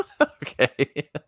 Okay